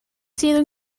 sido